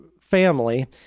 family